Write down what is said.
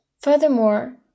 Furthermore